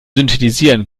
synthetisieren